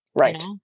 right